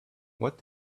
what